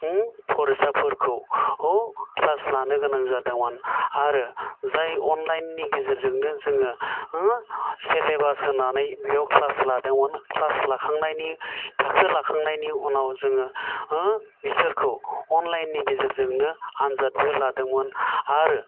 फरायसाफोरखौ क्लास लानो गोनां जादोंमोन आरो जाय अनलाइन नि गेजेरजोंनो जोङो सेलेबास होनानै बेयाव क्लास लादोंमोन क्लास लाखांनायनि थाखो लाखांनायनि उनाव जोङो बिसोरखौ अनलाइन नि गेजेरजोंनो आन्जादबो लादोंमोन आरो